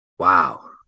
Wow